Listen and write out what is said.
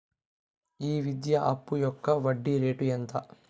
ఈ విద్యా అప్పు యొక్క వడ్డీ రేటు ఎంత?